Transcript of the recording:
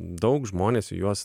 daug žmonės į juos